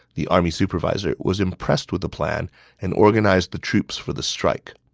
the army supervisor, was impressed with the plan and organized the troops for the strike.